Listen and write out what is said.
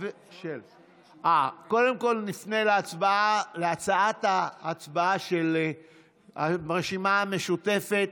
קודם כול נפנה להצבעה על ההצעה של הרשימה המשותפת.